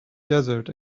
desert